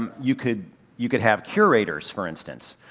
um you could you could have curators, for instance.